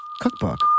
Cookbook